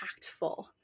impactful